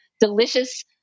delicious